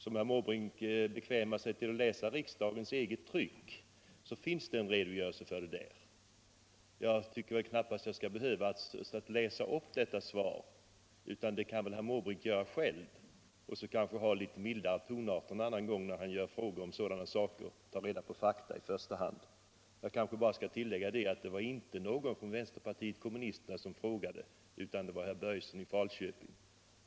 Om herr Måbrink bekvämar sig att läsa riksdagens eget tryck kan han där finna en redogörelse för detta. Jag tycker knappast att jag skall behöva läsa upp detta svar, utan det kan väl herr Måbrink läsa själv. Sedan kanske han kan använda litet mildare tonart en annan gång när han frågar om sådana saker. Ta reda på fakta i första hand! Jag skall bara tillägga att det inte var någon från vpk som frågade utan det var herr Börjesson i Falköping.